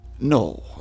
No